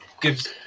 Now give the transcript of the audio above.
gives